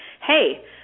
hey